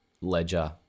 Ledger